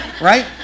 right